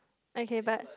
okay but